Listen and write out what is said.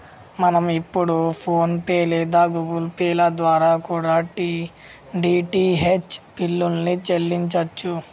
మనం ఇప్పుడు PhonePe లేదా గుగుల్ పే ల ద్వారా కూడా డీ.టీ.హెచ్ బిల్లుల్ని చెల్లించచ్చు